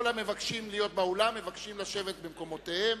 כל המבקשים להיות באולם מתבקשים לשבת במקומותיהם